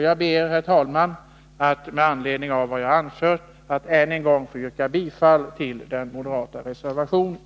Jag ber, herr talman, att med anledning av vad jag har anfört än en gång få yrka bifall till den moderata reservationen.